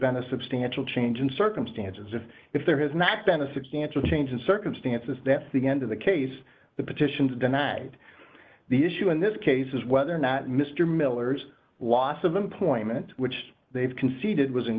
been a substantial change in circumstances if if there has not been a substantial change in circumstances that's the end of the case the petitions are denied the issue in this case is whether or not mr miller's loss of employment which they've conceded was in